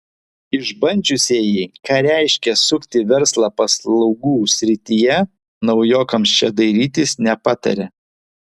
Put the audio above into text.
išbandžiusieji ką reiškia sukti verslą paslaugų srityje naujokams čia dairytis nepataria